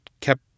kept